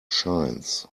shines